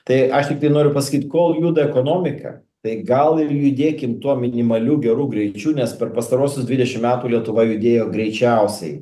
tai aš tiktai noriu pasakyt kol juda ekonomika tai gal ir judėkim tuo minimaliu geru greičiu nes per pastaruosius dvidešim metų lietuva judėjo greičiausiai